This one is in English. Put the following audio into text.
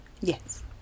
Yes